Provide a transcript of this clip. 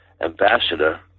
ambassador